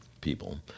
people